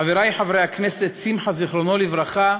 חברי חברי הכנסת, שמחה, זיכרונו לברכה,